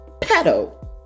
pedo